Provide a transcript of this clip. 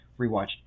rewatched